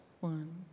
One